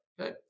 okay